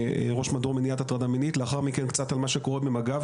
ראש מדור מניעת הטרדה מינית; לאחר מכן קצת על מה שקורה במג"ב